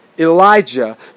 Elijah